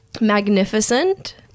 Magnificent